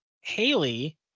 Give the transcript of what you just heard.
Haley